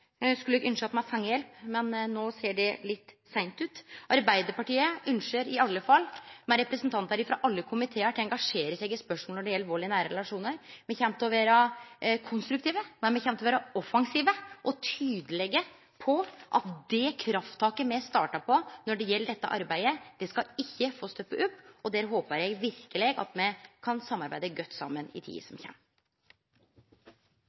skulle eg ynskje at me hadde fått hjelp, men nå ser det ut til å vere litt seint. Arbeiderpartiet kjem i alle fall – med representantar ifrå alle komitear – til å engasjere seg i spørsmål når det gjeld vald i nære relasjonar. Me kjem til å vere konstruktive, men me kjem til å vere offensive og tydelege på at det krafttaket me starta på når det gjeld dette arbeidet, skal ikkje få stoppe opp, og der håpar eg verkeleg at me kan samarbeide godt saman i tida